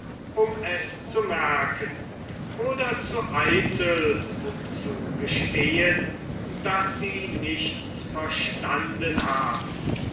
um es zu merken und also zu eitel um zu gestehen daß sie nichts verstanden haben